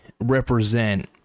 represent